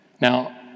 Now